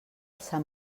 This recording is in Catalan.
sant